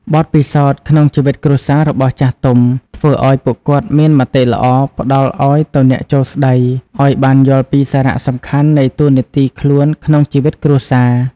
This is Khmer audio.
បទពិសោធន៍ក្នុងជីវិតគ្រួសាររបស់ចាស់ទុំ ធ្វើឲ្យពួកគាត់មានមតិល្អ ផ្តល់ឲ្យទៅអ្នកចូលស្តី ឲ្យបានយល់ពីសារៈសំខាន់នៃតួនាទីខ្លួនក្នុងជីវិតគ្រួសារ។